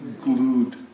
glued